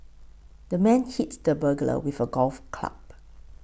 the man hit the burglar with a golf club